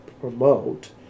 promote